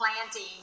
planting